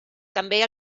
també